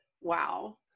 Wow